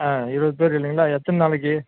ஆ இருபது பேர் இல்லைங்களா எத்தனை நாளைக்கு